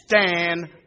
stand